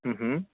हं हं